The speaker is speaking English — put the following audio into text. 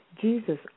Jesus